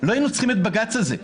לא היינו צריכים את בג"ץ הזה.